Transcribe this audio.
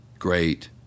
great